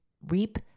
reap